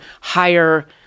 higher